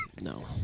No